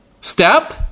Step